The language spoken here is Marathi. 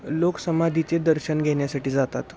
लोक समाधीचे दर्शन घेण्यासाठी जातात